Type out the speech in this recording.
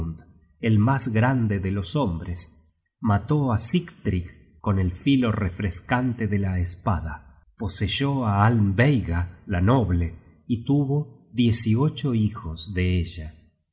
el mas grande de los hombres mató á sigtrygg con el filo refrescante de la espada poseyó á almveiga la noble y tuvo diez y ocho hijos de ella